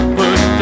push